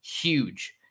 huge